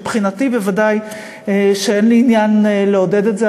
מבחינתי בוודאי שאין לי עניין לעודד את זה,